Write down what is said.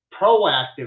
proactive